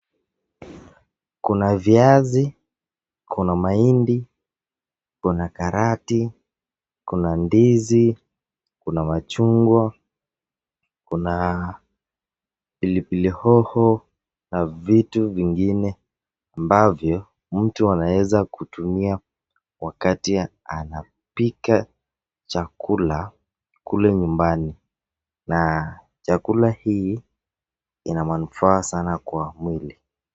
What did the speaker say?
Kuna viazi, kuna mahindi, kuna karoti, kuna ndizi, kuna machungwa, kuna pilipili hoho na vitu vingine ambavyo mtu anaweza kutumia wakati anapika chakula kule nyumbani, na chakula hii ina manufaa sana kwa mwili.